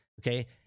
okay